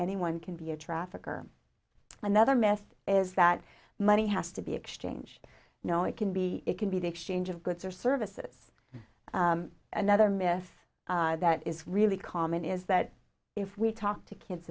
anyone can be a trafficker another myth is that money has to be exchanged no it can be it can be the exchange of goods or services another myth that is really common is that if we talk to kids